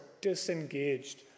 disengaged